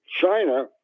China